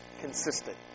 consistent